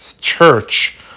church